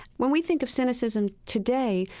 when we think of cynicism today,